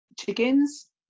chickens